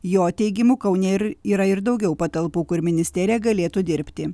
jo teigimu kaune ir yra ir daugiau patalpų kur ministerija galėtų dirbti